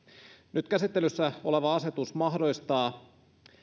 nyt käsittelyssä oleva asetus mahdollistaa